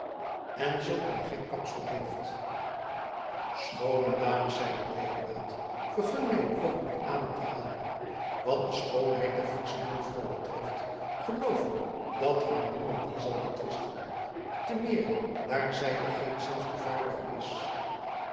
en zulk een gek kapsel heeft schoone dames zeide deodaat vergunt mij een oogenblik adem te halen wat de schoonheid der friesche jonkvrouw betreft geloof ik dat haar niemand die zal betwisten te meer daar zij er geenszins hoovaardig op is